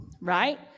right